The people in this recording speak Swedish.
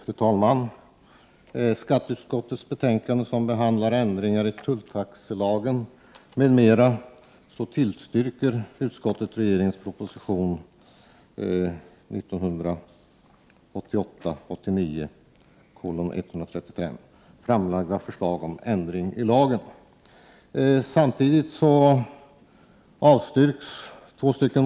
Fru talman! Skatteutskottet tillstyrker i betänkandet om ändring i 30 maj 1989 tulltaxelagen det i regeringens proposition 1988/89:135 framlagda förslaget om ändring i lagen. Samtidigt avstyrks två motioner.